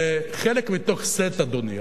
זה חלק מתוך סט, אדוני.